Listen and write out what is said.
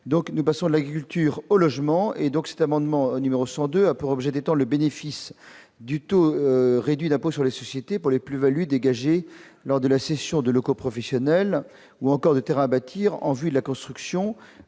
donc, nous passons à l'agriculture, au logement et donc cette amendement numéro 102. Pour objet tant le bénéfice du taux réduit d'impôt sur les sociétés pour les plus-values dégagées lors de la cession de locaux professionnels ou encore des terrains à bâtir, en vue de la construction